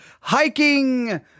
hiking